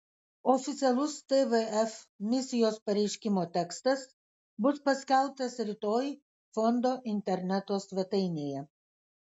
oficialus tvf misijos pareiškimo tekstas bus paskelbtas rytoj fondo interneto svetainėje